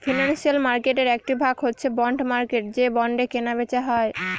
financial মার্কেটের একটি ভাগ হচ্ছে বন্ড মার্কেট যে বন্ডে কেনা বেচা হয়